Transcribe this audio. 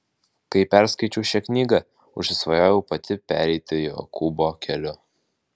kai perskaičiau šią knygą užsisvajojau pati pereiti jokūbo keliu